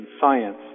science